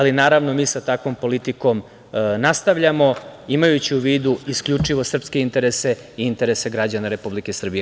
Naravno, mi sa takvom politikom nastavljamo, imajući u vidu isključivo srpske interese i interese građana Republike Srbije.